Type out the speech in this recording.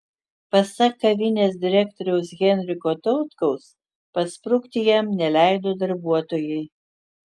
pasak kavinės direktoriaus henriko tautkaus pasprukti jam neleido darbuotojai